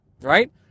right